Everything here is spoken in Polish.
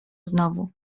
znowu